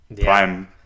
prime